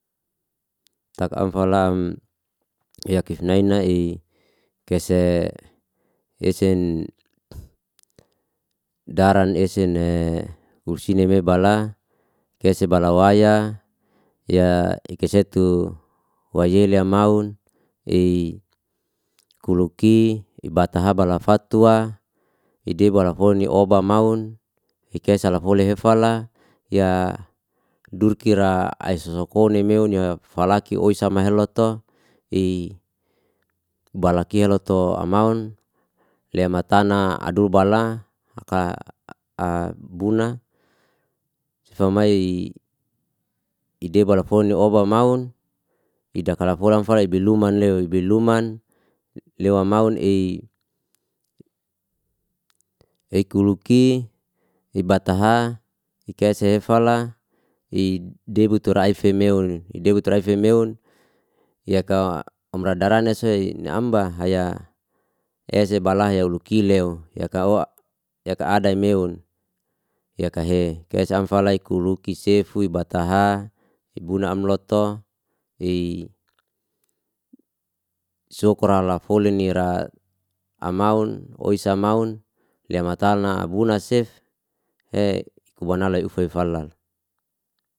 Tak am falam yakif nai- nae kese esen daran esen'ne fusine ebala, ese balawaya ya ikesetu wayele amaun, ei kuluki ibatha bala fatuwa, ide bala foli oba maun, ike salafoili efela, ya durkira ai sosokoni meun nafalaki oisa mahaluto, ei bala keluto amaun le matana adubala ka'a buna somai idebalafoli oba maun, idekalafolan falai ibeluman le ibeluman lewa maun, ei- ei kuluki, ibataha, ikaise efala, idebuturai fe meun, idebuturai fe meun yaka omradarai seini am bahaya. Eza bahaheluki leu ye kauwa ye kaada meun, ye kahe, am falai kuluki sefu ibataha ibuna am loto, ei sukral lafolinira amaun woi samaun, le mata alna buna sev, ei ikubunai ei efala.